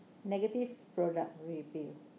negative product will be